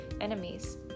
enemies